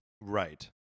right